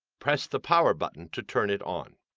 press the power button to turn it on.